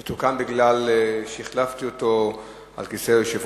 זה כי החלפתי אותו על כיסא היושב-ראש.